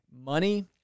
Money